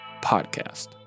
podcast